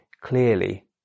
clearly